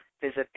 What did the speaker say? visit